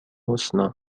حسنی